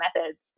methods